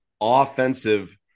offensive